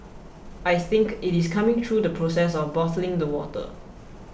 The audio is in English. I think it is coming through the process of bottling the water